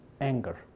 anger